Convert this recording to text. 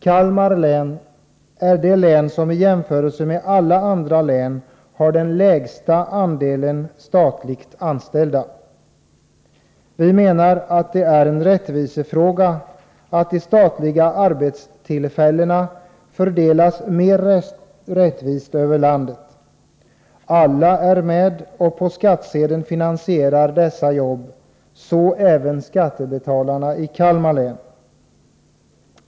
Kalmar län är det län som i jämförelse med alla andra har den lägsta andelen statligt anställda. Vi menar att det är en rättvisefråga att de statliga arbetstillfällena fördelas mer rättvist över landet. Alla är med om att på skattsedeln finansiera dessa arbeten, så även skattebetalarna i Kalmar län.